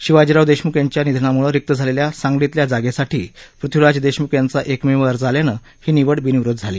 शिवाजीराव देशम्ख यांच्या निधनाम्छं रिक्त झालेल्या सांगलीतल्या जागेसाठी पृथ्वीराज देशम्ख यांचा एकमेव अर्ज आल्यानं ही निवड बिनविरोध झाली